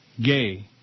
Gay